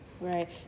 Right